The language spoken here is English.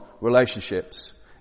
relationships